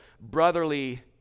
brotherly